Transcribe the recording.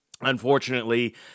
unfortunately